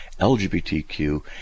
LGBTQ